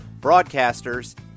broadcasters